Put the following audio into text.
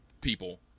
people